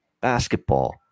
basketball